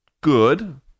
good